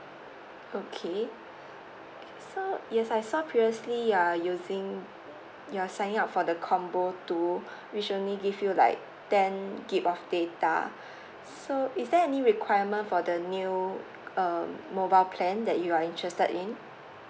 okay so yes I saw previously you are using you're signing up for the combo two which only give you like ten G_B of data so is there any requirement for the new uh mobile plan that you are interested in